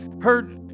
heard